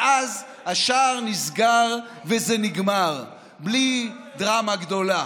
ואז השער נסגר וזה נגמר, בלי דרמה גדולה.